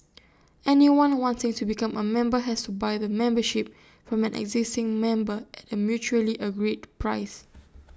anyone wanting to become A member has to buy the membership from an existing member at A mutually agreed price